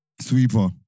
Sweeper